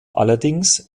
allerdings